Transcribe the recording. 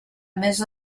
més